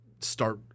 Start